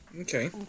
Okay